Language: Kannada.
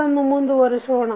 ಅದನ್ನು ಮುಂದುವರಿಸೋಣ